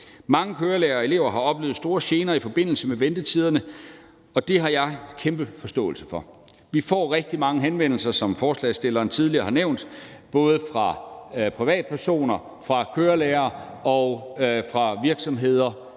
Mange kørelærere og elever har oplevet store gener i forbindelse med ventetiderne, og det har jeg kæmpe forståelse for. Vi får rigtig mange henvendelser, hvilket forslagsstilleren tidligere har nævnt, både fra privatpersoner, fra kørelærere og fra virksomheder